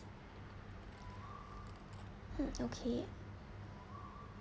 mm okay